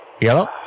Yellow